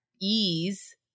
ease